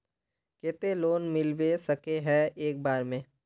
केते लोन मिलबे सके है एक बार में?